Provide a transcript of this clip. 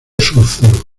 sulfuro